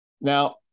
Now